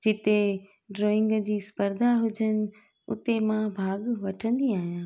जिते ड्रॉईंग जी स्पर्धा हुजनि उते मां भाॻु वठंदी आहियां